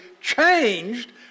changed